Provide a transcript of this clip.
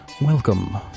Welcome